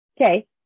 Okay